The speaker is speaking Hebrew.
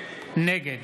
נגד